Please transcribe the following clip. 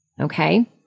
Okay